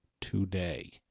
today